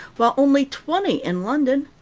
while only twenty in london.